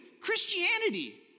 Christianity